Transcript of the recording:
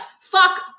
fuck